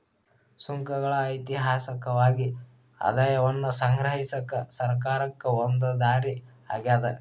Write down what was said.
ಸುಂಕಗಳ ಐತಿಹಾಸಿಕವಾಗಿ ಆದಾಯವನ್ನ ಸಂಗ್ರಹಿಸಕ ಸರ್ಕಾರಕ್ಕ ಒಂದ ದಾರಿ ಆಗ್ಯಾದ